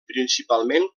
principalment